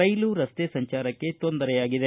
ರೈಲು ರಸ್ತೆ ಸಂಚಾರಕ್ಕೆ ತೊಂದರೆಯಾಗಿದೆ